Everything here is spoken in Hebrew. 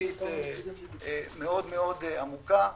כלכלית-חברתית מאוד מאוד עמוקה,